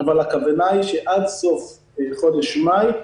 אבל הכוונה היא שעד סוף חודש מאי,